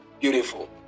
Beautiful